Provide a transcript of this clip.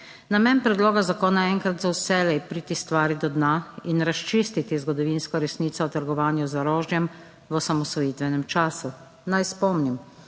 Namen predloga zakona je enkrat za vselej priti stvari do dna in razčistiti zgodovinsko resnico o trgovanju z orožjem v osamosvojitvenem času. Naj spomnim,